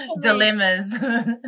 dilemmas